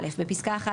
בפסקה (1),